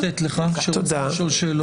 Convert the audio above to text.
מה הדרך לשאול שאלות?